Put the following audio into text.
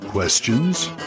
Questions